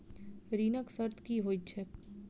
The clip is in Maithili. ऋणक शर्त की होइत छैक?